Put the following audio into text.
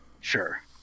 Sure